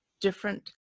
different